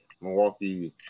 Milwaukee